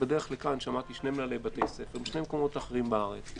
בדרך לכאן שמעתי שני מנהלי בתי ספר משני מקומות שונים בארץ.